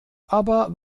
aber